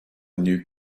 new